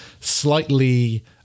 slightly